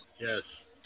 Yes